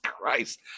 Christ